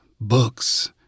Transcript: Books